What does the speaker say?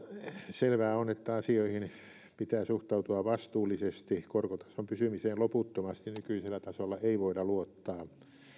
selvää on että asioihin pitää suhtautua vastuullisesti korkotason pysymiseen loputtomasti nykyisellä tasolla ei voida luottaa